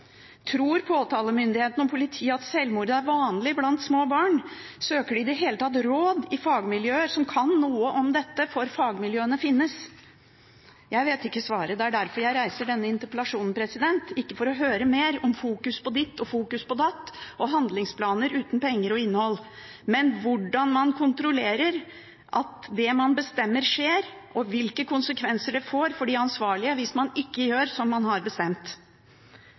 Tror påtalemyndigheten og politiet at sjølmord er vanlig blant små barn? Søker de i det hele tatt råd i fagmiljøer som kan noe om dette? For fagmiljøene finnes! Jeg vet ikke svaret. Det er derfor jeg reiser denne interpellasjonen, ikke for å høre mer om fokus på ditt og fokus på datt og handlingsplaner uten penger og innhold, men for å høre hvordan man kontrollerer at det man bestemmer, skjer, og om hvilke konsekvenser det får for de ansvarlige hvis de ikke gjør som man har bestemt.